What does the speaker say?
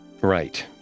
Right